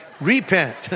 repent